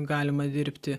galima dirbti